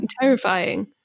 terrifying